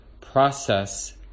process